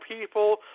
people